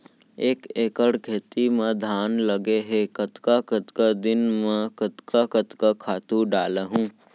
एक एकड़ खेत म धान लगे हे कतका कतका दिन म कतका कतका खातू डालहुँ?